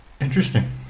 Interesting